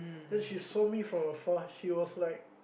then she saw me from a far she was like